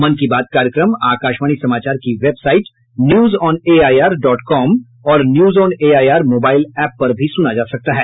मन की बात कार्यक्रम आकाशवाणी समाचार की वेबसाइट न्यूजऑनएआईआर डॉट कॉम और न्यूजऑनएआईआर मोबाईल एप पर भी सुना जा सकता है